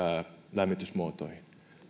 lämmitysmuotoihin